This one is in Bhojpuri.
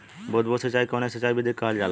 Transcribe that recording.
बूंद बूंद सिंचाई कवने सिंचाई विधि के कहल जाला?